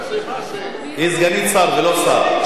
היא סגנית שר ולא שר.